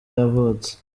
yavutse